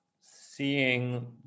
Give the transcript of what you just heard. seeing